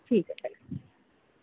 ٹھیک ہے چلیے